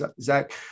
Zach